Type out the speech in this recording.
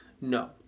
No